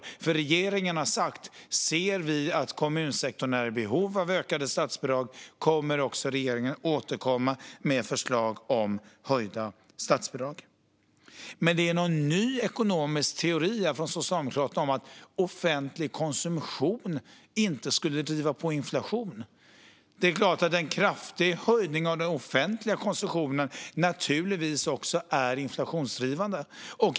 Vi i regeringen har nämligen sagt att vi kommer att återkomma med förslag om höjda statsbidrag om vi ser att kommunsektorn är i behov av det. Det finns någon ny ekonomisk teori från Socialdemokraterna om att offentlig konsumtion inte skulle driva på inflationen. Men det är klart att en kraftig höjning av den offentliga konsumtionen också är inflationsdrivande.